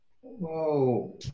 Whoa